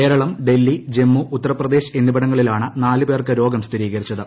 കേരളം ഡൽഹി ജമ്മു ഉത്തർപ്രദേശ് എന്നിവിടങ്ങളിലാണ് നാല് പേർക്ക് രോഗം സ്ഥിരീകരിച്ചത്